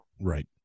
Right